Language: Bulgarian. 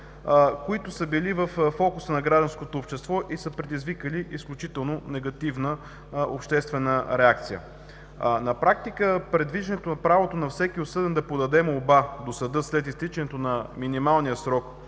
които са били във фокуса на гражданското общество и са предизвикали изключително негативна обществена реакция. На практика предвиждането на правото на всеки осъден да подаде молба до съда след изтичането на минималния срок